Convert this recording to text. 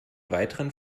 weiteren